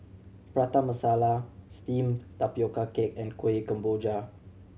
Prata Masala Steamed Tapioca Cake and Kuih Kemboja